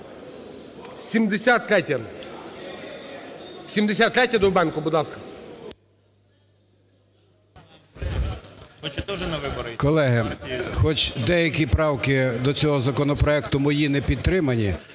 Колеги, хоч деякі правки до цього законопроекту мої не підтримані,